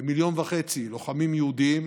כמיליון וחצי לוחמים יהודים